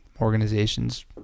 organizations